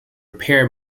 pair